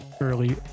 early